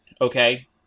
okay